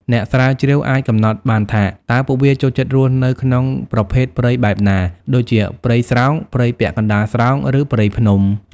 អ្នកស្រាវជ្រាវអាចកំណត់បានថា តើពួកវាចូលចិត្តរស់នៅក្នុងប្រភេទព្រៃបែបណា ដូចជាព្រៃស្រោង ព្រៃពាក់កណ្ដាលស្រោង ឬព្រៃភ្នំ។